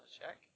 check